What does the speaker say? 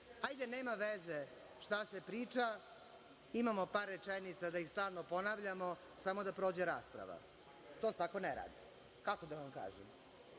hajde, nema veze šta se priča, imamo par rečenica da ih stalno ponavljamo, samo da prođe rasprava. To se tako ne radi. Ja to tako